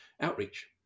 outreach